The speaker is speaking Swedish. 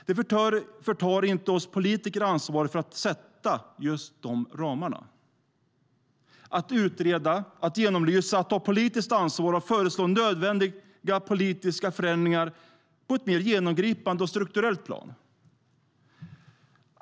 Detta förtar inte ansvaret för oss politiker att sätta de ramarna, att utreda, att genomlysa, ta politiskt ansvar och föreslå nödvändiga politiska förändringar på ett mer genomgripande och strukturellt plan.